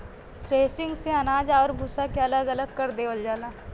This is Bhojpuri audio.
थ्रेसिंग से अनाज आउर भूसा के अलग अलग कर देवल जाला